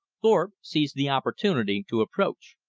thorpe seized the opportunity to approach.